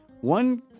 one